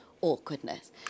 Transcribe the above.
awkwardness